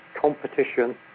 competition